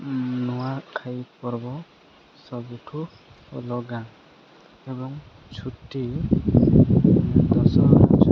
ନୂଆଖାଇ ପର୍ବ ସବୁଠୁ ଅଲଗା ଏବଂ ଛୁଟି ଦଶହରା ଛୁଟି